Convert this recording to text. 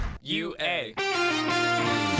UA